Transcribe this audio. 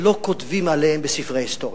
שלא כותבים עליהם בספרי ההיסטוריה,